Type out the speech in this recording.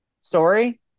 story